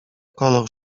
kolor